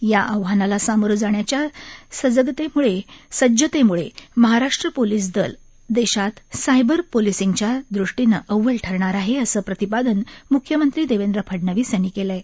या आव्हानाला सामोरे जाण्याच्या सज्जतेमुळे महाराष्ट्र पोलीस दल देशात सायबर पोलिसिंगच्या दृष्टिनं अव्वल ठरणार आहे असं प्रतिपादन मुख्यमंत्री देवेंद्र फडनवीस यांनी केलं आहे